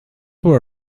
were